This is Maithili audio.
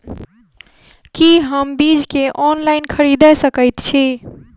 की हम बीज केँ ऑनलाइन खरीदै सकैत छी?